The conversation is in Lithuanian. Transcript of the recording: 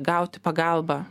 gauti pagalbą